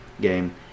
game